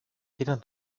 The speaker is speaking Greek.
πήραν